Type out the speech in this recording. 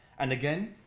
and again,